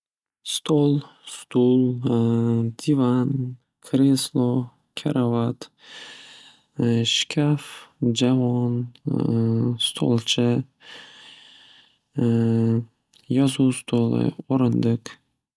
Stol, stul, divan, kreslo, karavat, shkaf, javon, stolcha, yozuv stoli, o'rindiq.